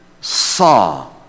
saw